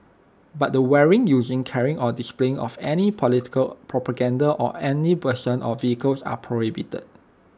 but the wearing using carrying or displaying of any political propaganda on any person or vehicles are prohibited